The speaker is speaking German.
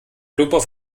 plumper